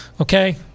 Okay